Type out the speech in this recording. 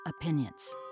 opinions